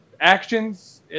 actions